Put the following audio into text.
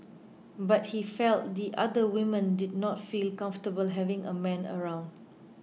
but he felt the other women did not feel comfortable having a man around